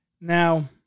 Now